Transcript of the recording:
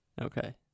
Okay